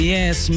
Yes